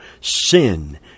Sin